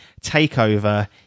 Takeover